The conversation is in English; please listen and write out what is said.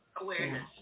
Awareness